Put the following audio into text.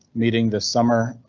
meeting this summer.